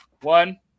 One